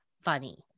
funny